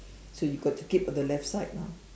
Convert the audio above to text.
so you got to keep to left side lah